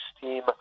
team